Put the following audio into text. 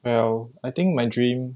well I think my dream